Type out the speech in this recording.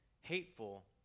hateful